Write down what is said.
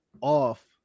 off